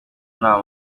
ntaho